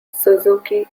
suzuki